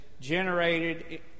generated